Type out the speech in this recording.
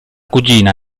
cugina